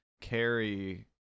carry